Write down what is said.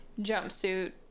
jumpsuit